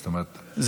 זאת אומרת,